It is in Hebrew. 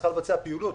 היא צריכה לבצע פעילות.